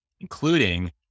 including